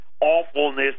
awfulness